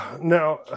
Now